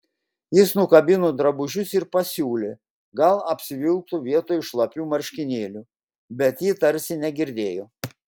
jis nukabino drabužius ir pasiūlė gal apsivilktų vietoj šlapių marškinėlių bet ji tarsi negirdėjo